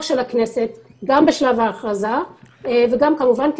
של הכנסת גם בשלב ההכרזה וגם כמובן,